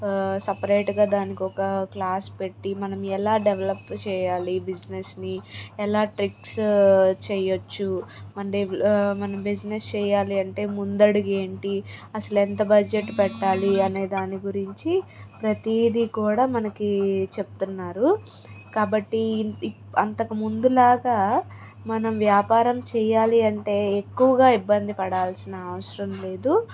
సపరేటుగా దానికొక క్లాస్ పెట్టి మనం ఎలా డెవలప్ చేయాలి బిజినెస్ని ఎలా ట్రిక్స్ చేయొచ్చు మండే మన బిజినెస్ చేయాలి అంటే ముందడుగు ఏంటి అసలు ఎంత బడ్జెట్ పెట్టాలి అనే దాని గురించి ప్రతీది కూడా మనకి చెప్తున్నారు కాబట్టి ఇం అంతకు ముందులాగా మనం వ్యాపారం చేయాలి అంటే ఎక్కువగా ఇబ్బంది పడాల్సిన అవసరం లేదు